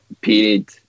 Period